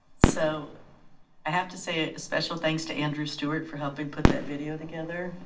so i have to say a special thanks to andrew stewart for helping put that video together,